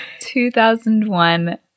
2001